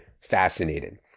fascinated